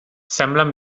semblen